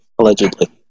allegedly